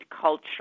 culture